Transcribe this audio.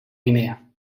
guinea